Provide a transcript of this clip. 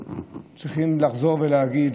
צריכים לחזור ולהגיד